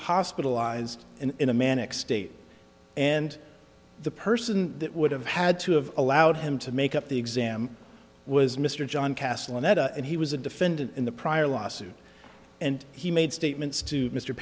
hospitalized in a manic state and the person that would have had to have allowed him to make up the exam was mr john castle anetta and he was a defendant in the prior lawsuit and he made statements to mr